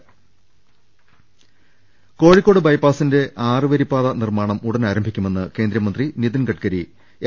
രുട്ട്ട്ട്ട്ട്ട്ട്ട കോഴിക്കോട് ബൈപ്പാസിന്റെ ആറുവരിപ്പാത നിർമ്മാണം ഉടൻ ആരം ഭിക്കുമെന്ന് കേന്ദ്രമന്ത്രി നിതിൻ ഗഡ്കരി എം